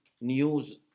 news